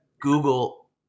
Google